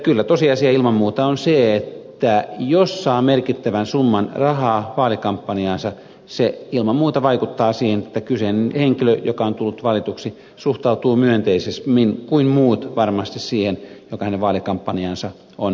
kyllä tosiasia on ilman muuta se että jos saa merkittävän summan rahaa vaalikampanjaansa se ilman muuta vaikuttaa siihen että kyseinen henkilö joka on tullut valituksi suhtautuu myönteisemmin kuin muut varmasti siihen joka hänen vaalikampanjaansa on rahoittanut